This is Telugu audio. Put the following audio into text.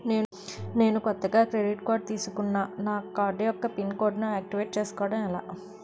నేను కొత్తగా క్రెడిట్ కార్డ్ తిస్కున్నా నా కార్డ్ యెక్క పిన్ కోడ్ ను ఆక్టివేట్ చేసుకోవటం ఎలా?